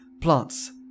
Plants